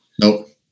Nope